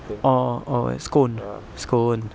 oh oh scone scone